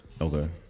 Okay